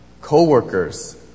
coworkers